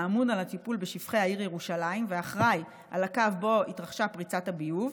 האמון על הטיפול בשפכי העיר ירושלים ואחראי לקו שבו התרחשה פריצת הביוב,